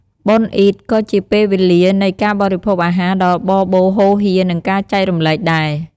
បុណ្យអ៊ីឌក៏ជាពេលវេលានៃការបរិភោគអាហារដ៏បរបូរហូរហៀរ និងការចែករំលែកដែរ។